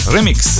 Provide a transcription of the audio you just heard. Remix